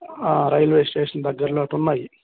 railway station దగ్గరలో అటు ఉన్నాయి